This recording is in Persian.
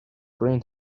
گرین